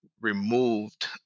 removed